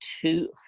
two